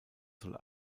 soll